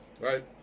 right